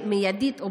בדיקות דם סמוי.